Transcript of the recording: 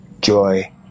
joy